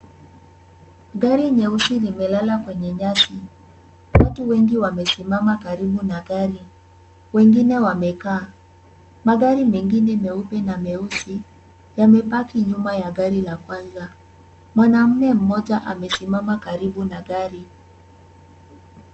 Gari nyeusi limelala kwenye nyasi, watu wengi wamesimama karibu na gari. Wengine wamekaa. Magari mengine meupe na meusi, yamepaki nyuma ya gari la kwanza. Mwanamume mmoja amesimama karibu na gari.